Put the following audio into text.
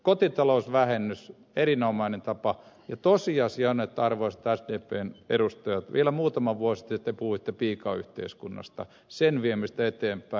kotitalousvähennys on erinomainen tapa ja tosiasia on että arvoisat sdpn edustajat vielä muutama vuosi te puhuitte piikayhteiskunnasta sen viemisestä eteenpäin